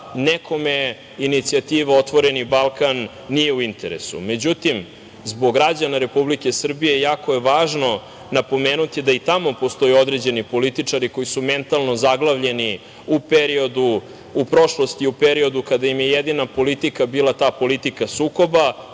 nekome inicijativa „otvoreni Balkan“ nije u interesu.Međutim, zbog građana Republike Srbije jako je važno napomenuti da i tamo postoje određeni političari koji su mentalno zaglavljeni u prošlosti u periodu kada im je jedina politika bila ta politika bila sukoba,